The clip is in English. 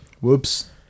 Whoops